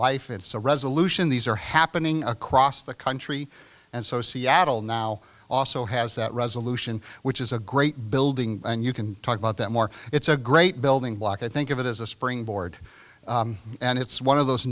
life it's a resolution these are happening across the country and so seattle now also has that resolution which is a great building and you can talk about that more it's a great building block i think of it as a springboard and it's one of those